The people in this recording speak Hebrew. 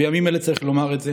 בימים אלה צריך לומר את זה,